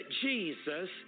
Jesus